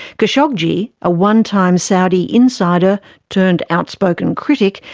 khashoggi, a onetime saudi insider turned outspoken critic,